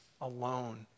alone